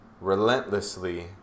relentlessly